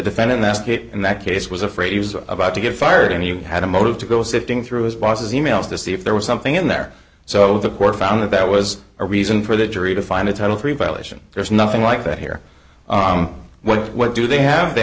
defendant that skate in that case was afraid he was about to get fired and he had a motive to go sifting through his boss's e mails to see if there was something in there so the court found that that was a reason for the jury to find a title three violation there's nothing like that here what do they have they